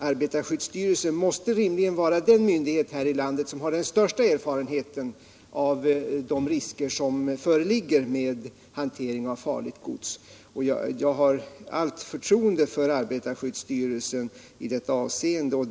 Arbetarskyddsstyrelsen måste rimligen vara den — Nr 60 myndighet här i landet som har den största erfarenheten av de risker Måndagen den som uppkommer vid hanteringen av farligt gods. Jag har allt förtroende 31 januari 1977 för arbetarskyddsstyrelsen i detta avseende.